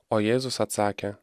o jėzus atsakė